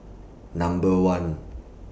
Number one